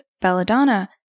Belladonna